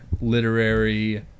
literary